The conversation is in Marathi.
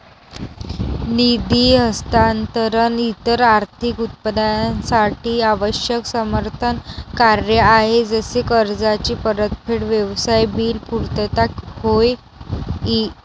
निधी हस्तांतरण इतर आर्थिक उत्पादनांसाठी आवश्यक समर्थन कार्य आहे जसे कर्जाची परतफेड, व्यवसाय बिल पुर्तता होय ई